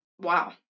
Wow